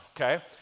okay